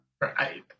Right